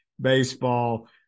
baseball